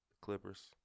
Clippers